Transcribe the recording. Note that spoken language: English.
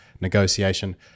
negotiation